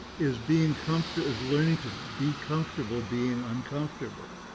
is being comfortable is learning to be comfortable being uncomfortable.